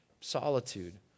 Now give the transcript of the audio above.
solitude